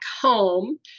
home